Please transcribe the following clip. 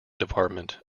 department